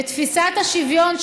ותפיסת השוויון,